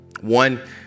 One